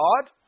God